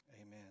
Amen